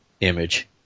image